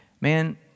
Man